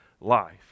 life